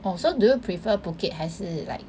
oh so do prefer Phuket 还是 like